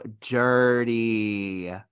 dirty